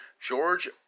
George